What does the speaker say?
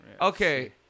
Okay